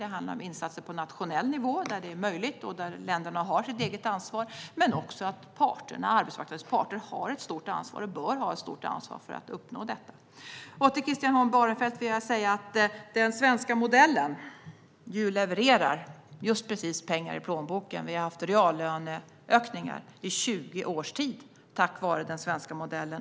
Det handlar om insatser på nationell nivå, där det är möjligt och där länderna har sitt eget ansvar. Men det handlar också om att arbetsmarknadens parter har ett stort ansvar, och bör ha ett stort ansvar, för att uppnå detta. Till Christian Holm Barenfeld vill jag säga att den svenska modellen levererar just pengar i plånboken. Vi har haft reallöneökningar i 20 års tid, tack vare den svenska modellen.